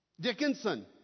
Dickinson